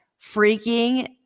freaking